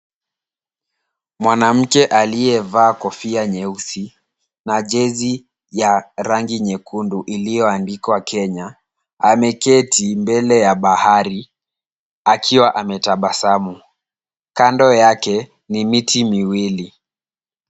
Mwanamke aliyevaa kofia nyeusi na jezi ya rangi nyekundu iliyoandikwa Kenya, ameketi mbele ya bahari akiwa ametabasamu. Kando yake ni miti miwili.